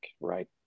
right